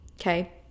okay